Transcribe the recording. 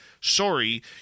Sorry